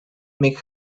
mick